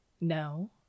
No